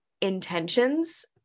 intentions